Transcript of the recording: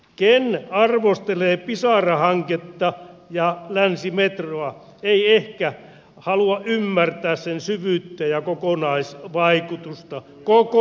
ken arvostelee pisara hanketta ja länsimetroa ei ehkä halua ymmärtää sen syvyyttä ja kokonaisvaikutusta koko maalle